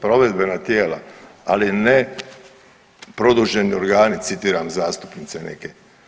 Provedbena tijela, ali ne produženi organi, citiram zastupnice neke.